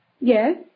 Yes